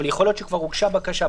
אבל יכול להיות שכבר הוגשה בקשה.